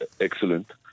excellent